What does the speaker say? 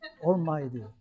almighty